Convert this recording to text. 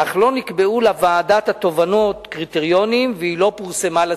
אך לא נקבעו לוועדת התובענות קריטריונים והיא לא פורסמה בציבור.